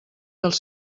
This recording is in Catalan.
dels